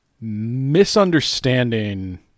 misunderstanding